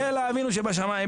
'לא אבינו שבשמיים'.